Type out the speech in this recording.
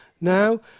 Now